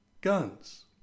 guns